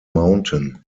mountain